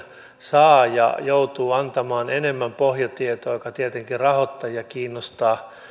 saaja joutuu antamaan enemmän pohjatietoa mikä tietenkin rahoittajia kiinnostaa